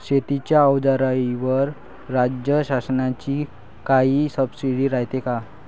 शेतीच्या अवजाराईवर राज्य शासनाची काई सबसीडी रायते का?